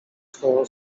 swoją